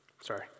sorry